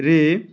ରେ